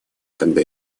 когда